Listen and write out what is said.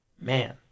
man